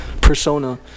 persona